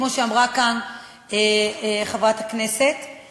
כמו שאמרה כאן חברת הכנסת,